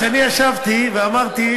כשאני ישבתי ואמרתי,